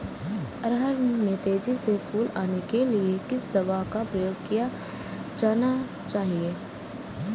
अरहर में तेजी से फूल आने के लिए किस दवा का प्रयोग किया जाना चाहिए?